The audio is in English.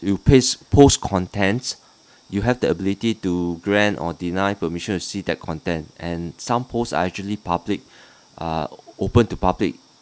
you paste post contents you have the ability to grant or deny permissions to see that content and some posts are actually public uh open to public